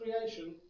creation